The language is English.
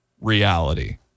Reality